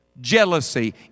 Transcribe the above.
jealousy